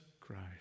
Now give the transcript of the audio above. Christ